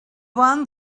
one